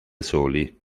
soli